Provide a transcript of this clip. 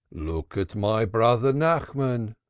look at my brother nachmann.